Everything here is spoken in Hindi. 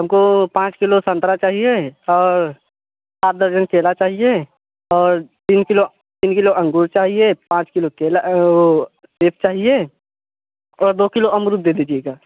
हमको पाँच किलो संतरा चाहिए और सात दर्जन केला चाहिए और तीन किलो तीन किलो अंगूर चाहिए पाँच किलो केला वो सेब चाहिए और दो किलो अमरूद दे दीजिएगा